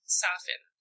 soften